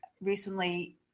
recently